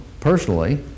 personally